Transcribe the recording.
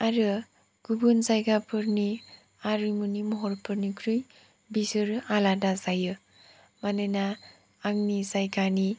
आरो गुबुन जायगाफोरानि आरिमुनि महरफोरनिख्रुइ बिसोर आलादा जायो मानोना आंनि जायगानि